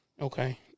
Okay